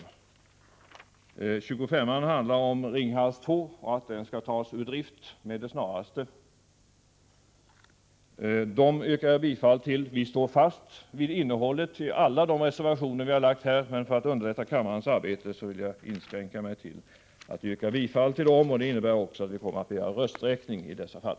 Reservation 25 handlar om att Ringhals 2 skall tas ur drift med det snaraste. Centerpartiet står fast vid innehållet i alla våra reservationer, men för att underlätta kammarens arbete vill jag inskränka mig till att yrka bifall till dessa tre reservationer. Det innebär att vi också kommer att begära rösträkning i dessa fall.